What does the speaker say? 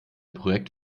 projekt